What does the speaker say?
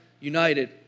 united